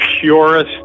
purest